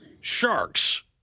Sharks